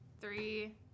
Three